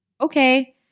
okay